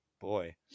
boy